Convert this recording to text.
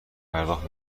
پرداخت